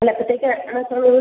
അല്ല എപ്പോഴത്തേക്കാണ് എത്തുന്നത്